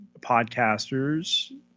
podcasters